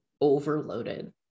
overloaded